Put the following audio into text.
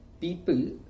people